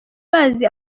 bazi